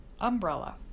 umbrella